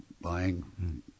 buying